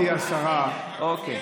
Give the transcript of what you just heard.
אוקיי.